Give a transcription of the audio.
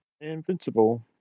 Invincible